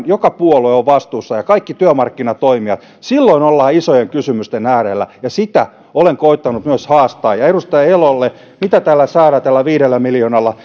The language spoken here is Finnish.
joka puolue on vastuussa ja kaikki työmarkkinatoimijat silloin ollaan isojen kysymysten äärellä ja sitä olen koettanut myös haastaa ja edustaja elolle mitä saadaan tällä viidellä miljoonalla